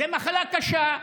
זאת מחלה קשה,